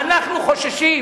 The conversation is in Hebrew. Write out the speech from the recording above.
ואנחנו חוששים,